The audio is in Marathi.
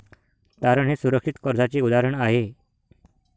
तारण हे सुरक्षित कर्जाचे उदाहरण आहे